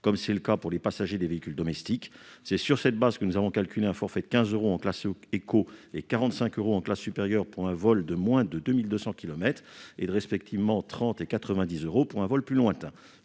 comme pour les passagers des véhicules domestiques. C'est sur cette base que nous avons calculé un forfait de 15 euros en classe économique et de 45 euros en classe supérieure pour un vol de moins de 2 200 kilomètres et respectivement de 30 euros et 90 euros pour un vol plus lointain.